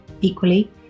Equally